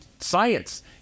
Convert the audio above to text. Science